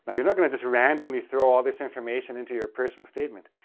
ah you're not going to just randomly throw all of this information into your personal statement.